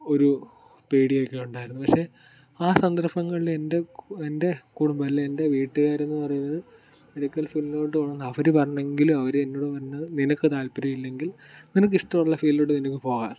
ഒരു പേടിയൊക്കെ ഉണ്ടായിരുന്നു പക്ഷേ ആ സന്ദർഭങ്ങളിൽ എൻ്റെ എൻ്റെ കുടുംബം അല്ലെങ്കിൽ എൻ്റെ വീട്ടുകാർ എന്ന് പറയുന്നത് മെഡിക്കൽ ഫീൽഡിലോട്ട് പോകണം എന്ന് അവർ പറഞ്ഞെങ്കിലും അവർ എന്നോട് പറഞ്ഞത് നിനക്ക് താല്പര്യം ഇല്ലെങ്കിൽ നിനക്ക് ഇഷ്ടമുള്ള ഫീൽഡിലോട്ട് നിനക്ക് പോകാൻ